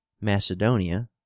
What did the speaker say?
Macedonia